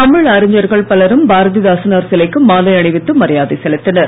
தமிழ் அறிஞர்கள் பலரும் பாரதிதாசனார் சிலைக்கு மாலை அணிவித்து மரியாதை செலுத்தினர்